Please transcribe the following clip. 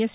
yes